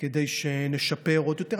כדי שנשפר עוד יותר.